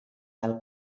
del